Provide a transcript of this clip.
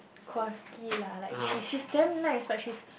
quirky lah like she's she's damn nice but she's